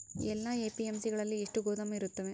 ಎಲ್ಲಾ ಎ.ಪಿ.ಎಮ್.ಸಿ ಗಳಲ್ಲಿ ಎಷ್ಟು ಗೋದಾಮು ಇರುತ್ತವೆ?